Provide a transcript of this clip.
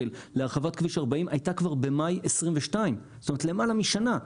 להרחבת כביש 40 הייתה כבר במאי 2022. למעלה משנה.